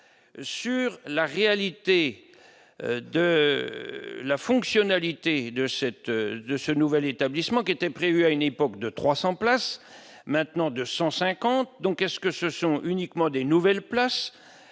sur la réalité de la fonctionnalité de cette, de ce nouvel établissement qui était prévue, à une époque de 300 places maintenant 250 donc est-ce que ce sont uniquement des nouvelles places